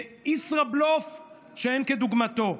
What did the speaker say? זה ישראבלוף שאין כדוגמתו.